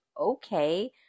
Okay